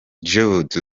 jude